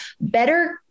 better